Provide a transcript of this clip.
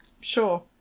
sure